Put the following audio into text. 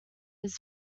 his